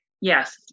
Yes